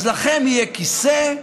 אז לכם יהיה כיסא,